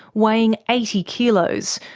weighing eighty kilos,